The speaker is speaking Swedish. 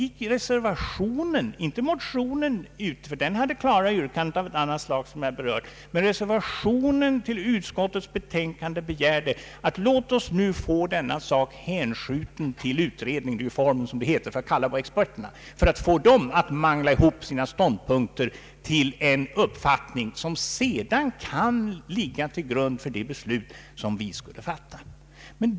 I reservationen till utskottsutlåtandet begärdes att frågan skulle hänskjutas till utredning av experter och att dessa skulle sammanställa sina synpunkter och komma till en slutsats som sedan kunde ligga till grund för ett kommande beslut.